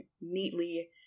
neatly